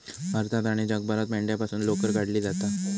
भारतात आणि जगभरात मेंढ्यांपासून लोकर काढली जाता